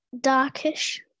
darkish